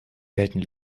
gelten